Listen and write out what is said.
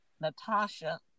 Natasha